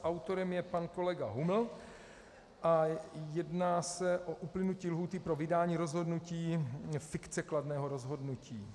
Autorem je pan kolega Huml a jedná se o uplynutí lhůty pro vydání rozhodnutí, fikce kladného rozhodnutí.